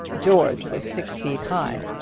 george was six feet high,